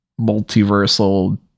multiversal